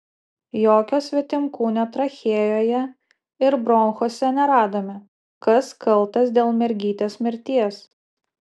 jokio svetimkūnio trachėjoje ir bronchuose neradome kas kaltas dėl mergytės mirties